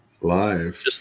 live